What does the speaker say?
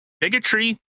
bigotry